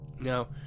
Now